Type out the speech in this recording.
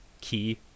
key